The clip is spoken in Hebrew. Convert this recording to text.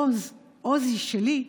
עוז, עוזי שלי,